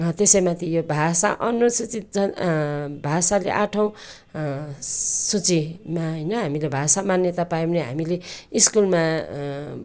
त्यसैमाथि यो भाषा अनुसूचित जन भाषाले आठौँ सूचीमा होइन हामीले भाषा मान्यता पायौँ अनि हामीले स्कुलमा